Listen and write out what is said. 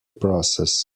process